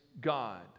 God